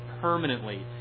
permanently